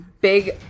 big